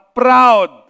proud